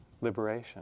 liberation